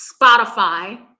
Spotify